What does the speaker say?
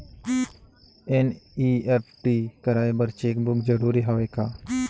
NEFT कराय बर cheque book जरूरी हवय का?